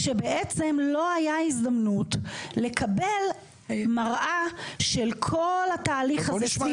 שבעצם לא הייתה הזדמנות לקבל מראה של כל התהליך הזה סביב.